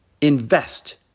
Invest